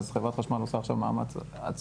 אז חברת החשמל עושה עכשיו מאמץ עצום,